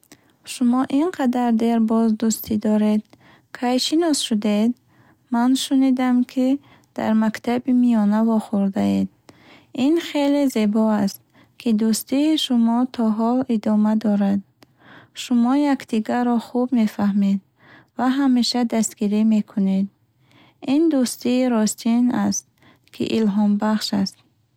Шумо ин қадар дер боз дӯстӣ доред, кай шинос шудед? Ман шунидам, ки дар мактаби миёна вохӯрдаед. Ин хеле зебо аст, ки дӯстии шумо то ҳол идома дорад. Шумо якдигарро хуб мефаҳмед ва ҳамеша дастгирӣ мекунед. Ин дӯстии ростин аст, ки илҳомбахш аст.